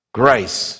grace